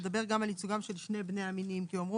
לדבר על ייצוגם של שני בני המינים כי אמרו